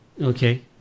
Okay